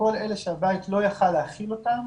שכל אלה שהבית לא יכול היה להכיל אותם,